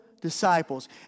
Disciples